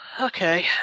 Okay